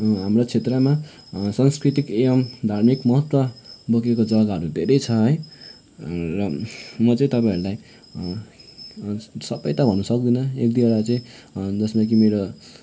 हाम्रो क्षेत्रमा सांस्कृतिक एवम् धार्मिक महत्त्व बोकेको जग्गाहरू धेरै छ है र म चाहिँ तपाईँहरूलाई सबै त भन्नु सक्दिनँ एक दुईवटा चाहिँ जसमा कि मेरो